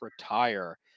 retire